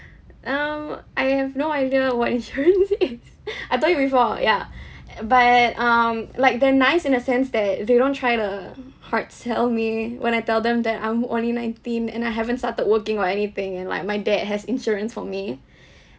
um I have no idea what insurance is I told you before ya but um like they're nice in a sense that they don't try to hard sell me when I tell them that I'm only nineteen and I haven't started working or anything and like my dad has insurance for me